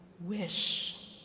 wish